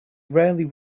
rarely